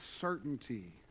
certainty